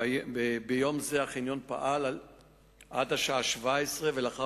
ביום זה החניון פעל עד השעה 17:00 ולאחר